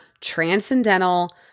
transcendental